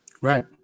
Right